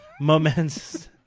moments